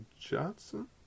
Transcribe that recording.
Johnson